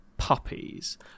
Puppies